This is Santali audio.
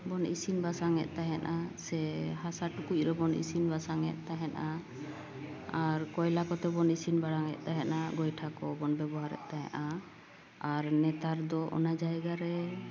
ᱵᱚᱱ ᱤᱥᱤᱱ ᱵᱟᱥᱟᱝ ᱮᱫ ᱛᱟᱦᱮᱸᱱᱟ ᱥᱮ ᱦᱟᱥᱟ ᱴᱩᱠᱩᱡ ᱨᱮᱵᱚᱱ ᱤᱥᱤᱱ ᱵᱟᱥᱟᱝ ᱮᱫ ᱛᱟᱦᱮᱸᱱᱟ ᱟᱨ ᱠᱚᱭᱞᱟ ᱠᱚᱛᱮ ᱵᱚᱱ ᱤᱥᱤᱱ ᱵᱟᱲᱟᱝ ᱮᱫ ᱛᱟᱦᱮᱸᱱᱟ ᱜᱚᱭᱴᱷᱟ ᱠᱚᱵᱚᱱ ᱵᱮᱵᱚᱦᱟᱨᱮᱫ ᱛᱟᱦᱮᱸᱱᱟ ᱟᱨ ᱱᱮᱛᱟᱨ ᱫᱚ ᱚᱱᱟ ᱡᱟᱭᱜᱟ ᱨᱮ